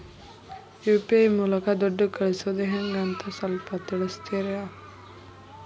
UPI ಮೂಲಕ ದುಡ್ಡು ಕಳಿಸೋದ ಹೆಂಗ್ ಅಂತ ಸ್ವಲ್ಪ ತಿಳಿಸ್ತೇರ?